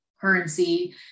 currency